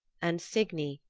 and signy,